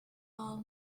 all